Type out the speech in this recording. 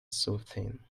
soothing